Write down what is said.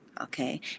okay